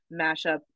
mashup